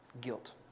Guilt